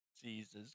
Jesus